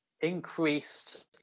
increased